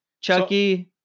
chucky